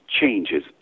changes